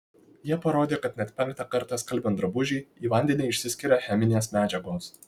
jie parodė kad net penktą kartą skalbiant drabužį į vandenį išsiskiria cheminės medžiagos